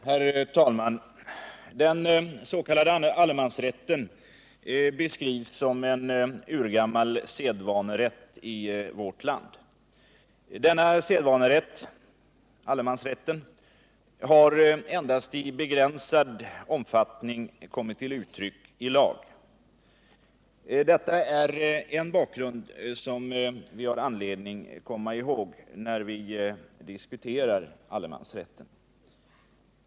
Herr talman! Den s.k. allemansrätten beskrivs som en urgammal sedvanerätt i vårt land. Denna sedvanerätt — allemansrätten — har endast i begränsad omfattning kommit till uttryck i lag. Detta är en bakgrund som vi har anledning att komma ihåg när vi diskuterar allemansrätten.